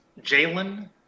Jalen